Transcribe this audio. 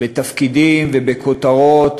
בתפקידים ובכותרות,